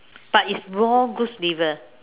but it's raw goose liver